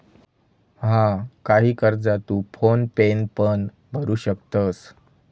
हा, काही कर्जा तू फोन पेन पण भरू शकतंस